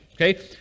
okay